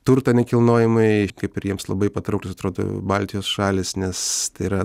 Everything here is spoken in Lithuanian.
turtą nekilnojamąjį kai kuriems labai patraukliai atrodo baltijos šalys nes tai yra